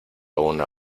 una